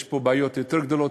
יש פה בעיות יותר גדולות.